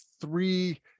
three